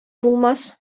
булмас